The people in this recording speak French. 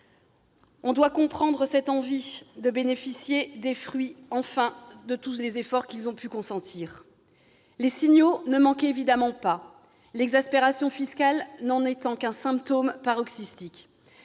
On doit comprendre cette envie de bénéficier, enfin, des fruits de tous les efforts qu'ils ont pu consentir. Les signaux ne manquaient évidemment pas, l'exaspération fiscale n'en étant qu'un symptôme paroxystique.